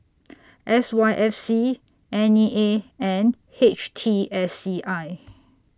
S Y F C N E A and H T S C I